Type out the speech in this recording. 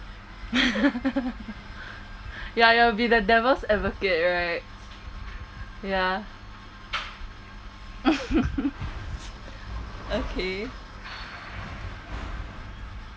ya you will be the devil's advocate right ya okay